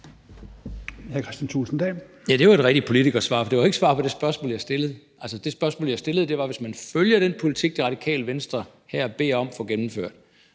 Det var et rigtig politikersvar, for det var ikke et svar på det spørgsmål, jeg stillede. Det spørgsmål, jeg stillede, var: Hvis man følger den politik, som Det Radikale Venstre her beder om at få gennemført,